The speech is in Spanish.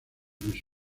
luis